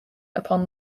upon